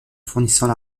fournissant